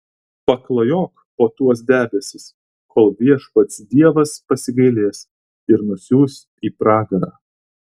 paklajok po tuos debesis kol viešpats dievas pasigailės ir nusiųs į pragarą